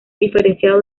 diferenciado